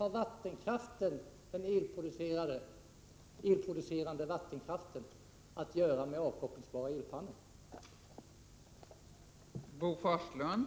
På vilket sätt har den elproducerade vattenkraften att göra med avkopplingsbara elpannor?